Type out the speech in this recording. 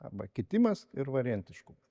arba kitimas ir variantiškumas